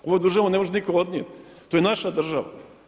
Ovu državu ne može nitko odnijeti, to je naša država.